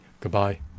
Goodbye